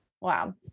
Wow